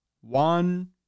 one